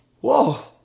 Whoa